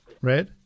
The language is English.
red